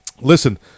listen